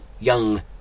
young